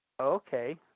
Okay